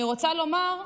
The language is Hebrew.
אני רוצה לומר: